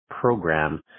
program